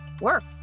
work